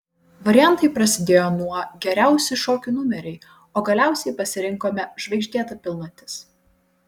variantai prasidėjo nuo geriausi šokių numeriai o galiausiai pasirinkome žvaigždėta pilnatis